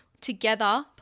Together